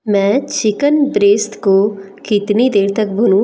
मैं chicken breast को कितनी देर तक भूनूँ